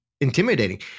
intimidating